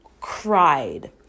cried